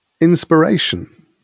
inspiration